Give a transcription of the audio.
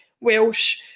Welsh